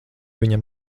viņam